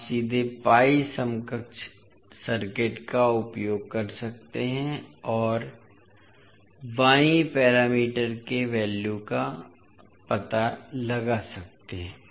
आप सीधे pi समकक्ष सर्किट का उपयोग कर सकते हैं और वाई पैरामीटर के वैल्यू का पता लगा सकते हैं